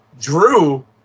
Drew